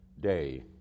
day